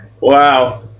wow